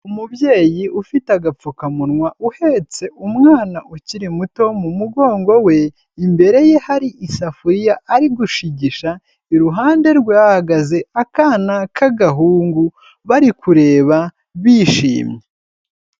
Umubyeyi ufite agapfukamunwa, uhetse umwana ukiri muto mu mugongo we, imbere ye hari isafuriya, ari gushigisha, iruhande rwe hahagaze akana k'agahungu, bari kureba bishimye.